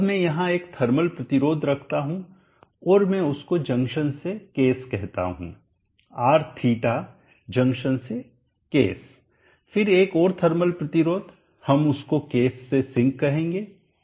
अब मैं यहां एक थर्मल प्रतिरोध रखता हूं और मैं उसको जंक्शन से केस कहता हूं Rθ जंक्शन से केस फिर एक और थर्मल प्रतिरोध हम उसको केस से सिंक कहेंगे